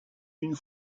une